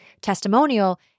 testimonial